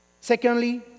Secondly